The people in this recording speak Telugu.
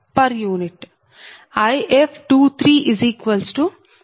565j p